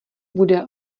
bude